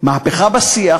מהפכה בשיח